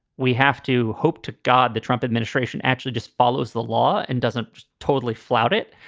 we have to hope to god the trump administration actually just follows the law and doesn't totally flout it,